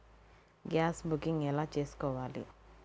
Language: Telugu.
గ్యాస్ బుకింగ్ ఎలా చేసుకోవాలి?